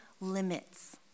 limits